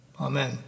Amen